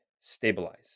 stabilize